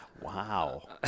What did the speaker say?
Wow